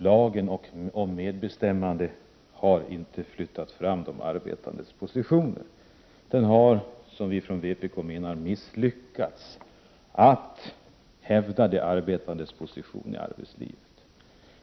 Lagen om medbestämmande har inte flyttat fram de arbetandes positioner. Den har, som vi från vpk menar, misslyckats att hävda de arbetandes position i arbetslivet.